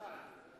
שמעתי.